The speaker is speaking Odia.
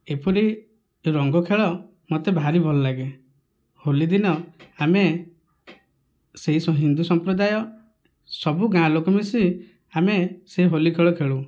ଏପରି ରଙ୍ଗ ଖେଳ ମୋତେ ଭାରି ଭଲ ଲାଗେ ହୋଲି ଦିନ ଆମେ ସେ ହିନ୍ଦୁ ସମ୍ପ୍ରଦାୟ ସବୁ ଗାଁ ଲୋକ ମିଶି ଆମେ ସେ ହୋଲି ଖେଳ ଖେଳୁ